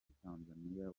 tanzaniya